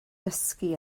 dysgu